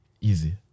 Easy